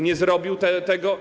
Nie zrobił tego.